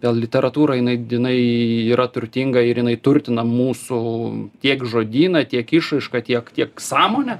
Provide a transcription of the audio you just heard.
vėl literatūra jinai dinai yra turtinga ir jinai turtina mūsų tiek žodyną tiek išraišką tiek tiek sąmonę